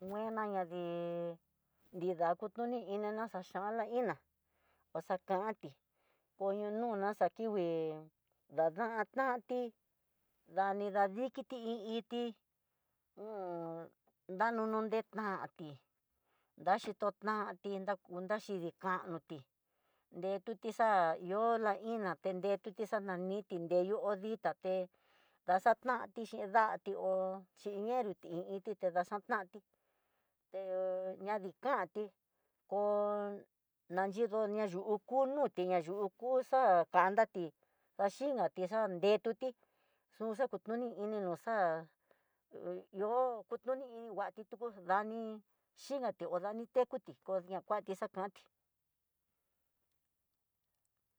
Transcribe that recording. Nguena ñadii, nrida kutuni na xhiona ná iná, vaxakanti koinon xakingui, nadatantí dani dadikiti i iintí, danuno detatí daxhitotanti, nrakuda xhidikanuti, detuti xa ihó la iná, tendeto xanani teneyó, ditaté daxatanti xhín da'ati, hó xhileñuti i iin tu ti daxatanti, té ñadi kanti ko'o naxhidu ku'u hu nutí ña yukuxa'a kandati, vaxhinkati xa'a dentuti, xunakutuni uxa'a ihó kuroni iin nguati, tuku dani xhikatí ho dani tekuti odiakuanti xakati.